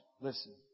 Listen